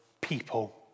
people